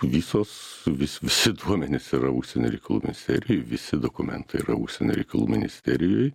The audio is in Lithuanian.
visos vis visi duomenys yra užsienio reikalų ministerijoj visi dokumentai yra užsienio reikalų ministerijoj